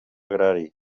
agrari